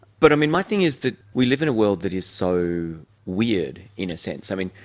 but, i mean, my thing is that we live in a world that is so weird, in a sense. i mean,